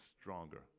stronger